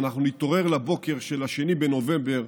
ואנחנו נתעורר לבוקר של 2 בנובמבר,